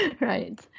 Right